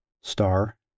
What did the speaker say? star